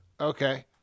Okay